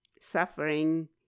suffering